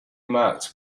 marked